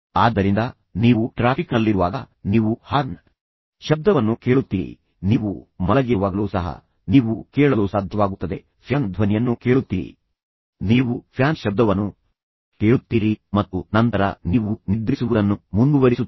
ಆದ್ದರಿಂದ ನೀವು ಟ್ರಾಫಿಕ್ನಲ್ಲಿರುವಾಗ ನೀವು ಹಾರ್ನ್ ಶಬ್ದವನ್ನು ಕೇಳುತ್ತೀರಿ ನೀವು ಮಲಗಿರುವಾಗಲೂ ಸಹ ನೀವು ಕೇಳಲು ಸಾಧ್ಯವಾಗುತ್ತದೆ ಫ್ಯಾನ್ ಧ್ವನಿಯನ್ನು ಕೇಳುತ್ತೀರಿ ನೀವು ಫ್ಯಾನ್ ಶಬ್ದವನ್ನು ಕೇಳುತ್ತೀರಿ ಮತ್ತು ನಂತರ ನೀವು ನಿದ್ರಿಸುವುದನ್ನು ಮುಂದುವರಿಸುತ್ತೀರಿ